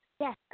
Yes